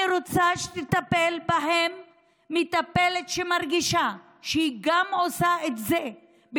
אני רוצה שתטפל בהם מטפלת שמרגישה שהיא עושה את זה גם